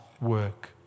work